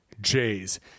Jays